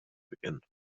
beginnen